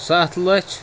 سَتھ لَچھ